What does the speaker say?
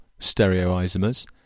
stereoisomers